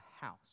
house